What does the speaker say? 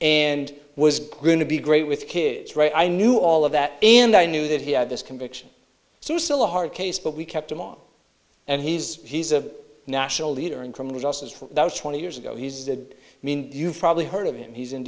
and was going to be great with kids right i knew all of that and i knew that he had this conviction so still a hard case but we kept him on and he's he's a national leader in criminal justice for that was twenty years ago he's the mean you've probably heard of him he's in